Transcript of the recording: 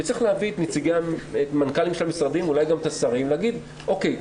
צריך להביא את המנכ"לים של המשרדים ואולי גם את השרים ולהגיד 'או.קיי,